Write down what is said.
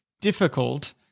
difficult